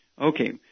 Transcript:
Okay